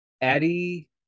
eddie